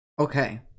Okay